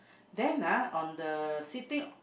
then ah on the sitting